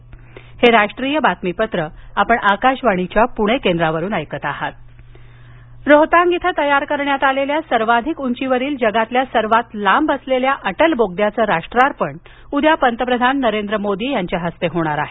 अटल बोगदा रोहतांग इथं तयार करण्यात आलेल्या सर्वाधिक उंचीवरील जगातल्या सर्वात लांब असलेल्या अटल बोगद्याचं राष्ट्रार्पण उद्या पंतप्रधान नरेंद्र मोदी यांच्या हस्ते होणार आहे